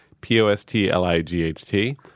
P-O-S-T-L-I-G-H-T